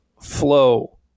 flow